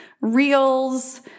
reels